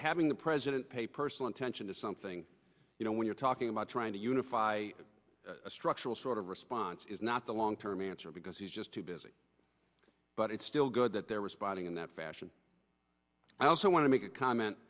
having the president pay personal attention to something you know when you're talking about trying to unify a structural sort of response is not the long term answer because he's just too busy but it's still good that they're responding in that fashion i also want to make a comment